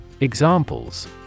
Examples